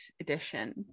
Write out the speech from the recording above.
edition